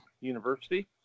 University